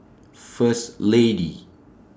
First Lady